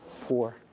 poor